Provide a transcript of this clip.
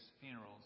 funerals